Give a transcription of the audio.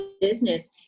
business